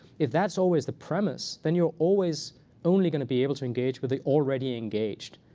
if that's always the premise, then you're always only going to be able to engage with the already engaged.